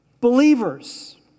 Believers